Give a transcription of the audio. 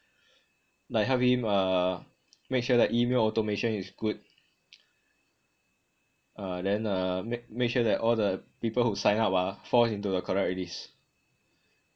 like help him uh make sure the email automation is good uh then euh make sure all the people who sign up ah falls into the correct list